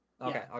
Okay